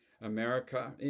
America